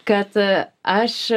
kad aš